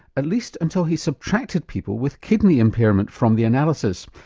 at least until he subtracted people with kidney impairment from the analysis.